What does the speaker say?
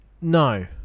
No